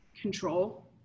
control